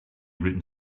written